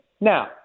Now